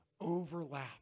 overlap